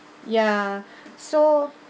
ya so